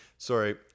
Sorry